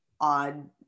odd